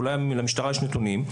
אולי למשטרה יש נתונים,